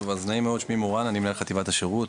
(הצגת מצגת) נעים מאוד, אני מנהל חטיבת השירות.